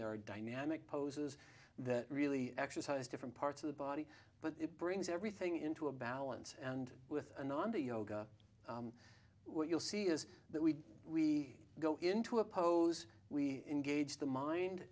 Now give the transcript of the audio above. there are dynamic poses that really exercise different parts of the body but it brings everything into a balance and with a nod to yoga what you'll see is that we we go into a pose we engage